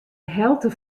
helte